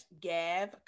Gav